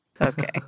Okay